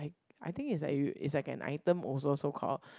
I I think is like you is like an item also so called